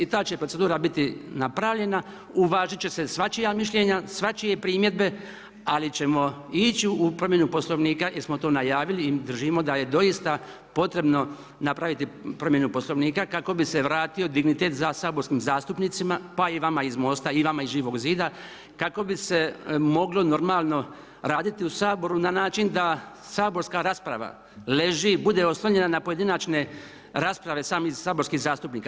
I ta će procedura biti napravljena, uvažiti će se svačija mišljenja, svačije primjedbe, ali ćemo ići u promjenu Poslovnika, jer smo to najavili i držimo da je doista potrebno napraviti promjenu Poslovnika, kako bi se vratio dignitet za saborskim zastupnicima, pa i vama iz Mosta i vama iz Živog zida, kako bi se moglo normalno raditi u Saboru na način da saborska rasprava, leži, dude oslonjena na pojedinačne rasprave samih saborskih zastupnika.